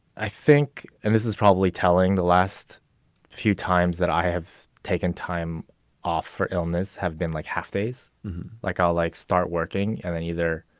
i think and this is probably telling the last few times that i have taken time off for illness have been like half days like i'll like start working and then either